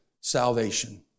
salvation